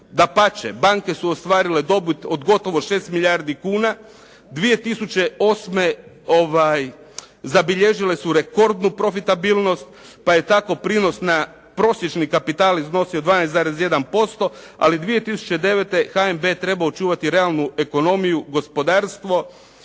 dapače, banke su ostvarile dobit od gotovo 6 milijardi kuna, 2008. zabilježile su rekordnu profitabilnost, pa je tako prinos na prosječni kapital iznosio 12,1%, ali 2009. HNB trebao očuvati realnu ekonomiju, gospodarstvo,